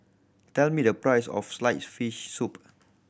tell me the price of sliced fish soup